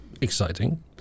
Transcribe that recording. Exciting